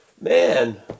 man